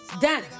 Done